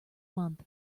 month